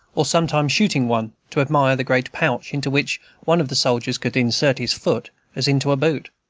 or sometimes shooting one, to admire the great pouch, into which one of the soldiers could insert his foot, as into a boot.